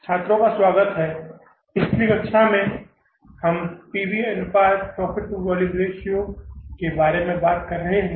छात्रों का स्वागत है इसलिए पिछली कक्षा में हम पी वी PV अनुपात प्रॉफिट टू वॉल्यूम रेश्यो के बारे में बात कर रहे हैं